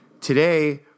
today